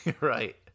Right